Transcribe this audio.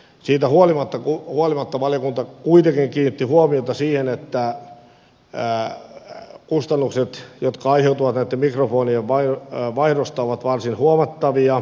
siitä huolimatta valiokunta kuitenkin kiinnitti huomiota siihen että kustannukset jotka aiheutuvat näitten mikrofonien vaihdosta ovat varsin huomattavia